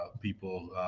people